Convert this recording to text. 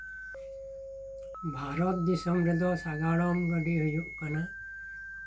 ᱵᱷᱟᱨᱚᱛ ᱫᱤᱥᱚᱢ ᱨᱮᱫᱚ ᱥᱟᱸᱜᱟᱲᱚᱢ ᱜᱟᱹᱰᱤ ᱦᱩᱭᱩᱜ ᱠᱟᱱᱟ